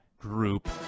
group